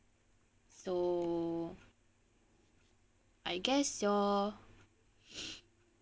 so I guess your